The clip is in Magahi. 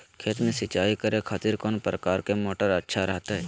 खेत में सिंचाई करे खातिर कौन प्रकार के मोटर अच्छा रहता हय?